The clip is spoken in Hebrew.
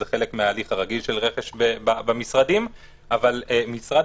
זה חלק מההליך הרגיל של רכש במשרדים אבל משרד